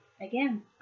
again